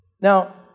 Now